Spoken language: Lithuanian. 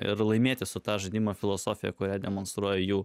ir laimėti su ta žaidimo filosofija kurią demonstruoja jų